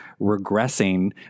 regressing